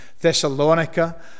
Thessalonica